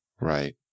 Right